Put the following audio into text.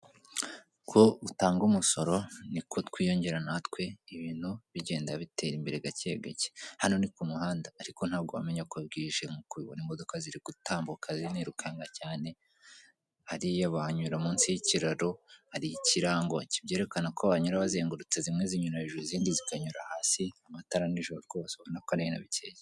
Uko utanga umusoro niko twiyingera natwe ,ibintu bigenda bitera imbere gake gake, hano ni kumuhanda, ariko ntabwo wamenya ko bwije ,nkuko ubibona imodoka ziri gutambuka zinirukanka cyane, hariya bahanyura munsi y' ikiraro, hari ikirango kibyerekana ko bahanyura bazengurutse zimwe zinyura hejuru izindi zikanyura hasi, amatara nijoro rwose ubona ko hakeye.